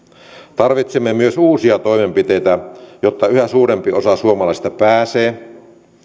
tarvitsemme myös uusia toimenpiteitä jotta yhä suurempi osa suomalaisista pääsee